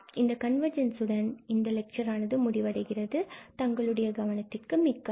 இந்த கன்வர்ஜென்ஸ் உடன் இந்த லெக்சர் ஆனது முடிவடைகிறது தங்களுடைய கவனத்திற்கு மிக்க நன்றி